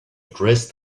dressed